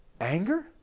Anger